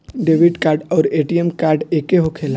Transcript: Debit card आउर ATM card एके होखेला?